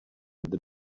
the